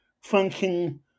function